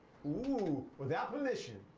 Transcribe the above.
ooh, without permission.